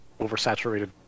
oversaturated